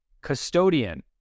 custodian